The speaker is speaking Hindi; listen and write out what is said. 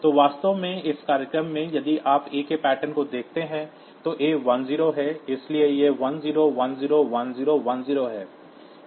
तो वास्तव में इस प्रोग्राम में यदि आप A के पैटर्न को देखते हैं तो A 10 है इसलिए यह 10101010 है